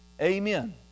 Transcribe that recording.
Amen